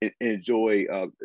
enjoy